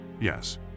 Yes